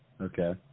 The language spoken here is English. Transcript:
Okay